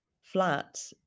flat